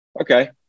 okay